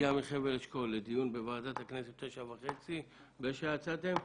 לדיון בוועדת הכנסת ב-09:30, באיזו שעה יצאתם?